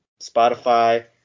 Spotify